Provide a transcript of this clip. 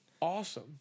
awesome